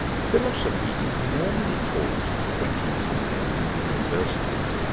philosophy is normally taught to twenty somethings in universities.